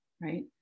right